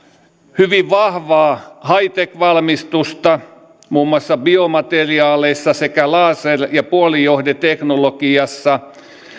hyvin vahvaa high tech valmistusta muun muassa biomateriaaleissa sekä laser ja puolijohdeteknologiassa